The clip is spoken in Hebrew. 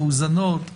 מאוזנות,